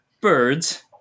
birds